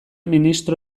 ministro